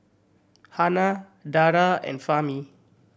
Hana Dara and Fahmi